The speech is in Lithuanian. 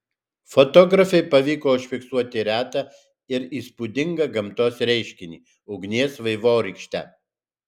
fotografei pavyko užfiksuoti retą ir įspūdingą gamtos reiškinį ugnies vaivorykštę